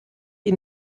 ihn